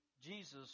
Jesus